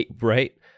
Right